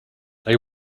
they